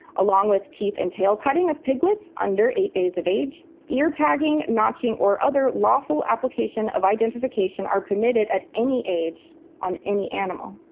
along with teeth and tail cutting of piglets under eight days of age. ear tagging, notching, or other lawful application of identification are permitted at any age on any animal.